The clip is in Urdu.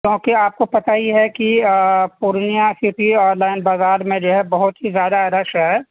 کیوںکہ آپ کو پتا ہی ہے کہ پورنیہ سٹی اور لائن بازار میں جو ہے بہت ہی زیادہ رش ہے